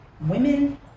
Women